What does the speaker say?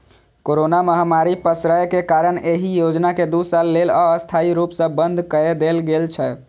corona महामारी पसरै के कारण एहि योजना कें दू साल लेल अस्थायी रूप सं बंद कए देल गेल छै